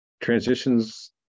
transitions